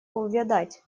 увядать